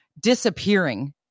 disappearing